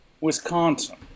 Wisconsin